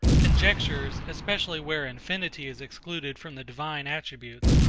conjectures, especially where infinity is excluded from the divine attributes,